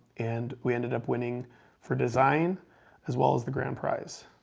and we ended up winning for design as well as the grand prize.